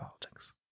politics